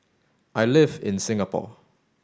I live in Singapore